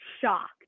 shocked